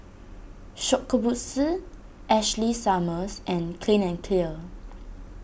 Shokubutsu Ashley Summers and Clean and Clear